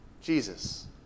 Jesus